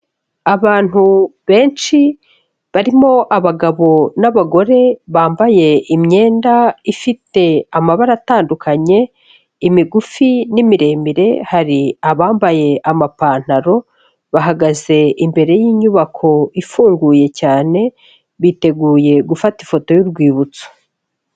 Abantu benshi barimo abagabo n'abagore bambaye imyenda ifite amabara atandukanye, imigufi n'imiremire, hari abambaye amapantaro, bahagaze imbere y'inyubako ifunguye cyane biteguye gufata ifoto y'urwibutso.